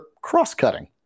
cross-cutting